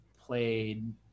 played